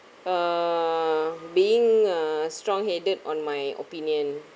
err being uh strong headed on my opinion